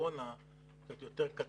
הקורונה מטבע הדברים הוא קצת יותר קטן,